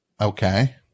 okay